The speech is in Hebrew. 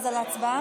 ההצבעה?